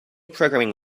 programming